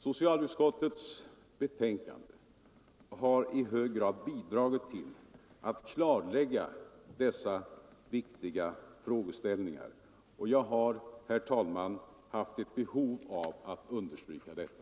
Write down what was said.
Socialutskottets betänkande har i hög grad bidragit till att klarlägga dessa viktiga frågeställningar, och jag har, herr talman, haft ett behov av att understryka detta.